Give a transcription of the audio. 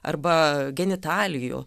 arba genitalijų